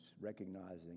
recognizing